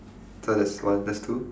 so there's one there's two